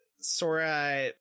Sora